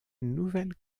nouvelle